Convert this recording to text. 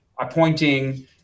appointing